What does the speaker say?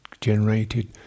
generated